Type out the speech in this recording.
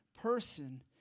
person